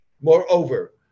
Moreover